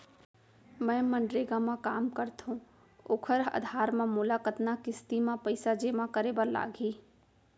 मैं मनरेगा म काम करथो, ओखर आधार म मोला कतना किस्ती म पइसा जेमा करे बर लागही?